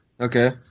Okay